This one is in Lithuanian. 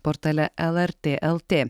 portale lrt lt